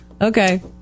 Okay